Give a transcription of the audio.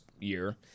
year